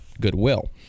goodwill